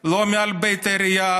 לא מעל בית העירייה,